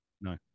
No